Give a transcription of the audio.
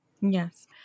Yes